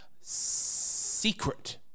secret